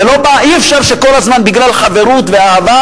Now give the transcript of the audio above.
שאי-אפשר שכל הזמן בגלל חברות ואהבה